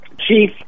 Chief